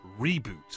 reboot